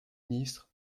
ministre